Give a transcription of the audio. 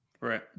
Right